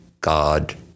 God